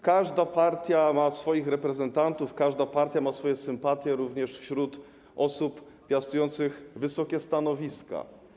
Każda partia ma swoich reprezentantów, każda partia ma swoje sympatie, również wśród osób piastujących wysokie stanowiska.